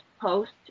post